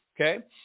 okay